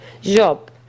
job